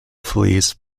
flees